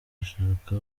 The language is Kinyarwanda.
ashaka